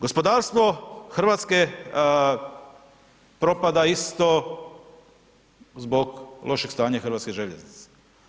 Gospodarstvo Hrvatske propada isto zbog lošeg stanja hrvatskih željeznica.